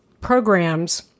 programs